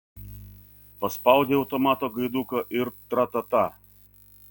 paspaudei automato gaiduką ir tra ta ta